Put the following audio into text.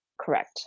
Correct